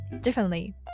differently